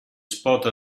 spot